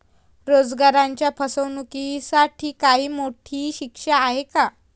रोजगाराच्या फसवणुकीसाठी काही मोठी शिक्षा आहे का?